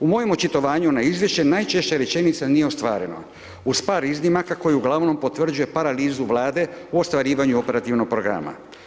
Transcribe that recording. U mojem očitovanju na izvješće najčešća rečenica: „Nije ostvareno.“ Uz par iznimaka koji uglavnom potvrđuju paralizu Vlade u ostvarivanju operativnog programa.